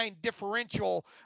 differential